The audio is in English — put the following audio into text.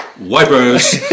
wipers